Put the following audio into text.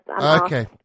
Okay